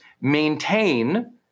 maintain